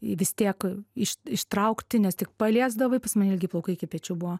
vis tiek iš ištraukti nes tik paliesdavai pas mane ilgi plaukai iki pečių buvo